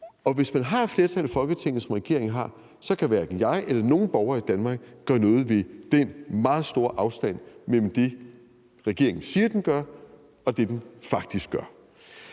Og hvis man har et flertal i Folketinget, som regeringen har, så kan hverken jeg eller nogen borgere i Danmark gøre noget ved den meget store afstand mellem det, regeringen siger at den gør, og det, den faktisk gør.